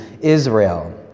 Israel